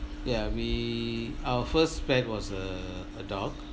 ya we our first pet was a a dog